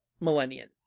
millennium